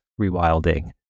rewilding